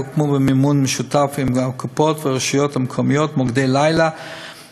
הוקמו במימון משותף עם הקופות והרשויות המקומיות מוקדי לילה